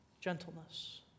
gentleness